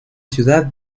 ciudad